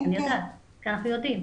אנחנו יודעים.